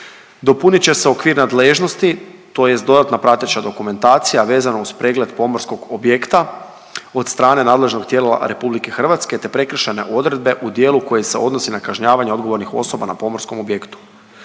Dopunit će se okvir nadležnosti, tj. dodatna prateća dokumentacija vezana uz pregled pomorskog objekta od strane nadležnog tijela Republike Hrvatske, te prekršajne odredbe u dijelu koji se odnosi na kažnjavanje odgovornih osoba na pomorskom objektu.